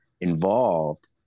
involved